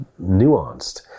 nuanced